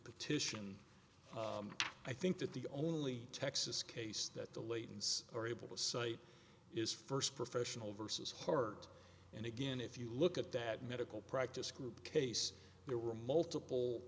petition i think that the only texas case that the latents are able to cite is first professional vs heart and again if you look at that medical practice group case there were multiple